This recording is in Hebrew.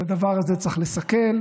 את הדבר הזה צריך לסכל.